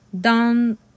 done